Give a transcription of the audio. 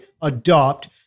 adopt